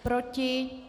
Proti?